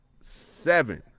seven